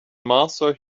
martha